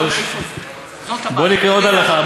בוא נקרא עוד הלכה.